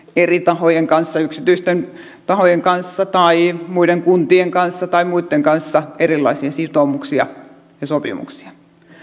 eri tahojen kanssa yksityisten tahojen kanssa tai muiden kuntien kanssa tai muitten kanssa erilaisia sitoumuksia ja sopimuksia